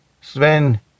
Sven